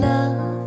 Love